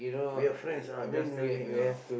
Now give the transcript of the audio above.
we are friends ah just tell me ah